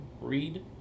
read